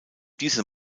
diese